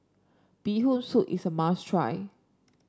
Bee Hoon Soup is a must try